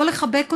בוא לחבק אותי,